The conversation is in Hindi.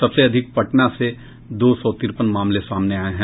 सबसे अधिक पटना से दो सौ तिरपन मामले सामने आये हैं